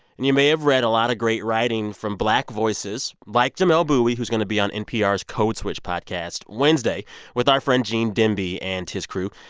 and you may have read a lot of great writing from black voices like jamelle bouie, who's going to be on npr's code switch podcast wednesday with our friend gene demby and his crew.